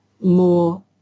more